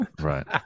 Right